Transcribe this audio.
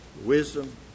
wisdom